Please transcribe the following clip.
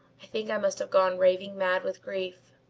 think i must have gone raving mad with grief.